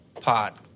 pot